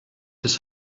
his